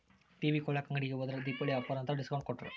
TV ಕೊಳ್ಳಾಕ ಅಂಗಡಿಗೆ ಹೋದ್ರ ದೀಪಾವಳಿ ಆಫರ್ ಅಂತ ಡಿಸ್ಕೌಂಟ್ ಕೊಟ್ರು